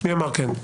מי אמר "כן"?